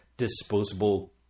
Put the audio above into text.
disposable